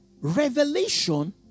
Revelation